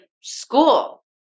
school